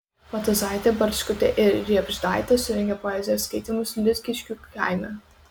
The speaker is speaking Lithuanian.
matuizaitė barčkutė ir riebždaitė surengė poezijos skaitymus liutkiškių kaime